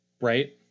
Right